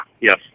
yes